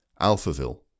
Alphaville